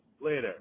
later